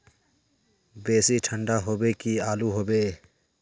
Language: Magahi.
बेसी ठंडा होबे की आलू होबे